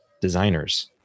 designers